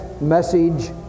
message